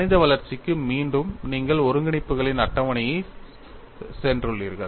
கணித வளர்ச்சிக்கு மீண்டும் நீங்கள் ஒருங்கிணைப்புகளின் அட்டவணைக்குச் சென்றுள்ளீர்கள்